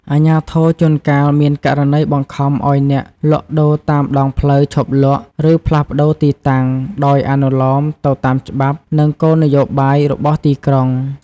អាជ្ញាធរជួនកាលមានករណីបង្ខំឲ្យអ្នកលក់ដូរតាមដងផ្លូវឈប់លក់ ឬផ្លាស់ប្តូរទីតាំង ដោយអនុលោមទៅតាមច្បាប់ និងគោលនយោបាយរបស់ទីក្រុង។